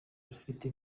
rufite